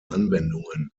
anwendungen